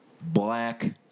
Black